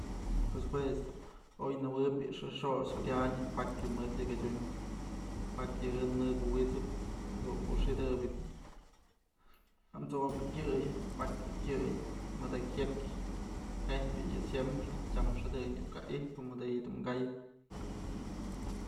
Pues juech dun oy nëjuëbyë bi'i xëjk xo'ox okyanyë pakya mëd yak adyun pakya jën kuwit'sëp, dun kuxidëp amzo'o bi'i kyëy, pakya kyëy mëdë jyëk, je'eb bi'i yë siemprem, tyam xëdëñ iuk ka ijpä madëyë dun kayëp.